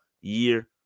year